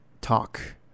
talk